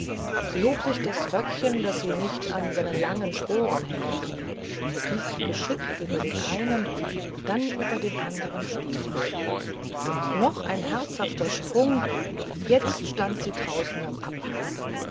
sie hob sich das röckchen daß sie nicht an seinen langen sporen hängenblieb stieg geschickt über den einen dann über den andern stiefel und noch einen herzhaften sprung jetzt stand sie draußen am abhang